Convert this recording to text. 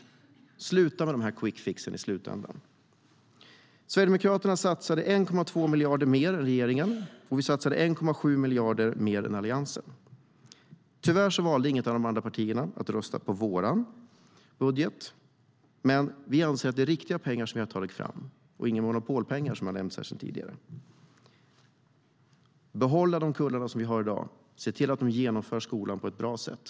Vi måste sluta med dessa quick fix i slutänden. Sverigedemokraterna satsade 1,2 miljarder mer än regeringen, och vi satsade 1,7 miljarder mer än Alliansen. Tyvärr valde inget av de andra partierna att rösta på vår budget. Vi anser att det är riktiga pengar som vi har tagit fram och inga monopolpengar, som har nämnts här tidigare. Vi ska behålla de kullar vi har i dag och se till att de genomför skolan på ett bra sätt.